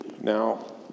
Now